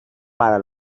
para